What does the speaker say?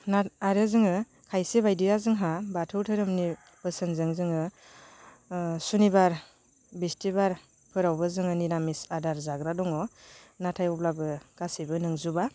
आरो जोङो खायसे बायदिया जोंहा बाथौ धोरोमनि बोसोनजों जोङो सुनिबार बिस्थिबारफोरबावबो जोङो निरामिस आदार जाग्रा दङ नाथाय अब्लाबो गासैबो नंजोबा